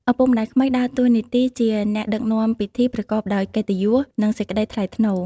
ឪពុកម្ដាយក្មេក ដើរតួនាទីជា អ្នកដឹកនាំពិធី ប្រកបដោយកិត្តិយស និងសេចក្តីថ្លៃថ្នូរ។